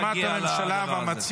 תלמדו מה זה --- בהסכמת הממשלה והמציע,